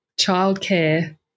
childcare